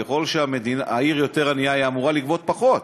ככל שהעיר יותר ענייה היא אמורה לגבות פחות,